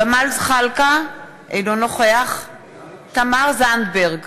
ג'מאל זחאלקה, אינו נוכח תמר זנדברג,